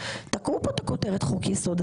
תקעו כאן את הכותרת חוק יסוד,